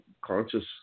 conscious